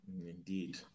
Indeed